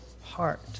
heart